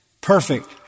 perfect